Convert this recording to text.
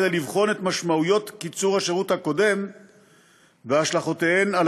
כדי לבחון את משמעויות קיצור השירות הקודם והשלכותיהן על